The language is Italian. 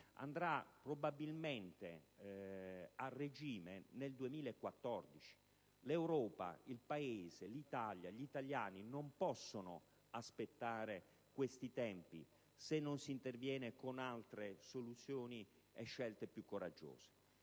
andrà probabilmente a regime nel 2014. L'Europa, l'Italia e gli italiani non possono aspettare questi tempi, se non si interviene con altre soluzioni e scelte più coraggiose.